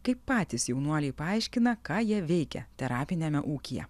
kaip patys jaunuoliai paaiškina ką jie veikia terapiniame ūkyje